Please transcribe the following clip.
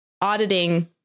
auditing